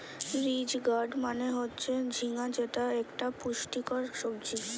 ridge gourd মানে হচ্ছে ঝিঙ্গা যেটা একটা পুষ্টিকর সবজি